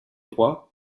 droit